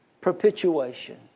Perpetuation